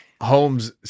Holmes